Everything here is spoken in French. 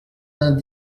vingt